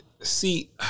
see